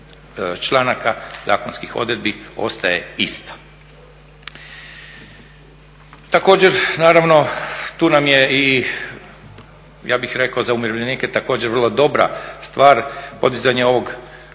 članaka, zakonski odredbi ostaje ista. Također, naravno tu nam je i ja bih rekao za umirovljenike također vrlo dobra stvar, podizanje ovog